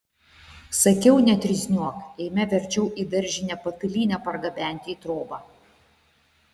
sakiau netrizniuok eime verčiau į daržinę patalynę pargabenti į trobą